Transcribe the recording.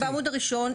בעמוד הראשון.